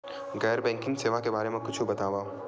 गैर बैंकिंग सेवा के बारे म कुछु बतावव?